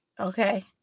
Okay